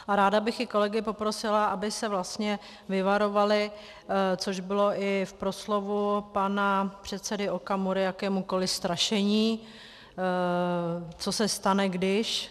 A ráda bych i kolegy poprosila, aby se vyvarovali což bylo i v proslovu pana předsedy Okamury jakémukoli strašení, co se stane když.